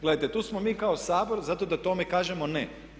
Gledajte tu smo mi kao Sabor zato da tome kažemo ne.